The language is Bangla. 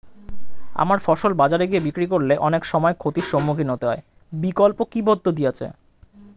আমার ফসল বাজারে গিয়ে বিক্রি করলে অনেক সময় ক্ষতির সম্মুখীন হতে হয় বিকল্প কি পদ্ধতি আছে?